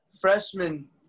freshman